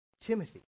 Timothy